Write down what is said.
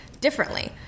differently